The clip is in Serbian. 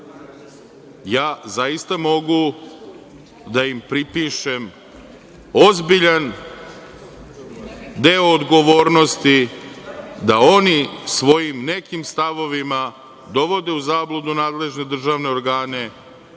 Ja zaista mogu da im pripišem ozbiljan deo odgovornosti da oni svojim nekim stavovima dovode u zabludu nadležne državne organe